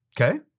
okay